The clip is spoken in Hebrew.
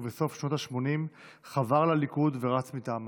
ובסוף שנות השמונים חבר לליכוד ורץ מטעמה.